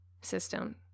system